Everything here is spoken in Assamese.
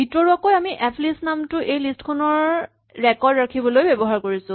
ভিতৰুৱাকৈ আমি এফলিষ্ট নামটো এই লিষ্ট খনৰ ৰেকৰ্ড ৰাখিবলৈ ব্যৱহাৰ কৰিছো